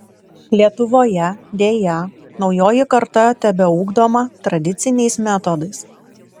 lietuvoje deja naujoji karta tebeugdoma tradiciniais metodais